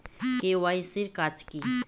KYC এর কাজ কি?